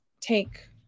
take